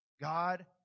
God